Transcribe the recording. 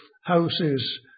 houses